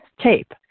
tape